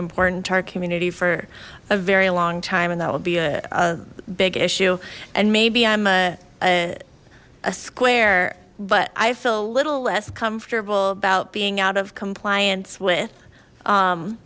important to our community for a very long time and that will be a big issue and maybe i'm a square but i feel a little less comfortable about being out of compliance with